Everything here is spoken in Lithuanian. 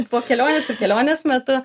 po kelionės ir kelionės metu